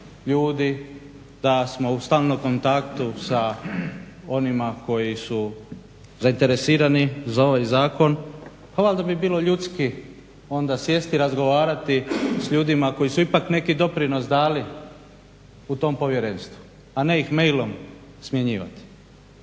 da smo u stalnom kontaktu sa onima koji su zainteresirani za ovaj zakon, pa valjda bi bilo ljudski onda sjesti i razgovarati s ljudima koji su ipak neki doprinos dali u tom povjerenstvu, a ne ih mailom smjenjivati.